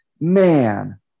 man